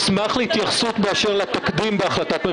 אשמח להתייחסות באשר לתקדים בהחלטה.